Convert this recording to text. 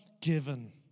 given